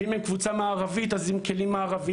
ואם הם קבוצה מערבית אז הם עם כלים מערביים,